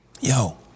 Yo